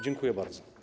Dziękuję bardzo.